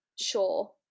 sure